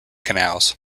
canals